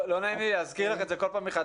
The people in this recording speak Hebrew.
לא נעים לי להזכיר לך את זה כל פעם מחדש,